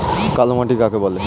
কালো মাটি কাকে বলে?